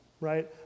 right